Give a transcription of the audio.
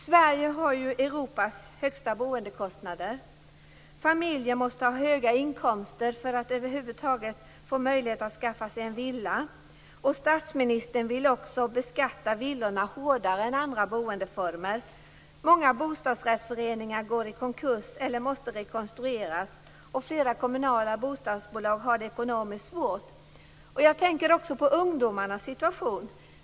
Sverige har Europas högsta boendekostnader. Familjer måste ha höga inkomster för att över huvud taget få möjlighet att skaffa villa. Statsministern vill också beskatta villorna hårdare än andra boendeformer. Många bostadsrättsföreningar går i konkurs eller måste rekonstrueras, och flera kommunala bostadsbolag har det ekonomiskt svårt. Jag tänker också på ungdomarnas situation.